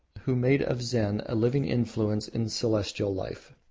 who made of zen a living influence in celestial life.